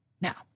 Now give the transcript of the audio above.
Now